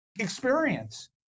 experience